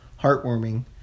heartwarming